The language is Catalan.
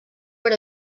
per